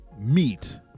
meet